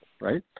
right